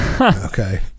Okay